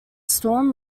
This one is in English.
storm